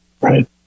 right